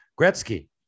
Gretzky